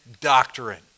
doctrine